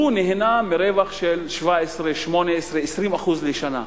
הוא נהנה מרווח של 17%, 18%, 20% לשנה.